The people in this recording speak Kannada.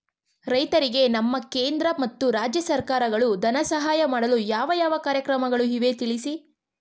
ರೈತರಿಗೆ ನಮ್ಮ ಕೇಂದ್ರ ಮತ್ತು ರಾಜ್ಯ ಸರ್ಕಾರಗಳು ಧನ ಸಹಾಯ ಮಾಡಲು ಯಾವ ಯಾವ ಕಾರ್ಯಕ್ರಮಗಳು ಇವೆ ತಿಳಿಸಿ?